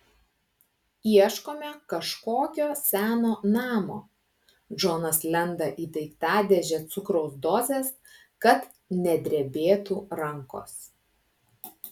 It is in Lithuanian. ieškome kažkokio seno namo džonas lenda į daiktadėžę cukraus dozės kad nedrebėtų rankos